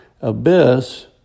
abyss